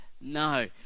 No